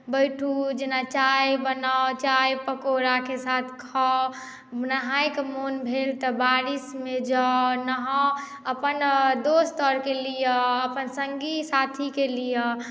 बैठू जेना चाय बनाउ चाय पकोड़ाके साथ खाउ नहायके मोन भेल तऽ बारिश्मे जाउ नहाउ अपन दोस्त आओरकेँ लिअ अपन सङ्गी साथीके लिअ